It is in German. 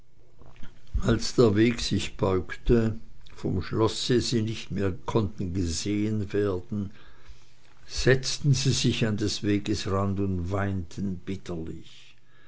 als der weg sich beugte vom schlosse sie nicht mehr konnten gesehen werden setzten sie sich an des weges rand und weinten bitterlich